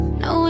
no